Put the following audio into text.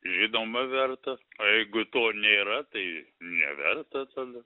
žinoma vertas o jeigu to nėra tai neverta tada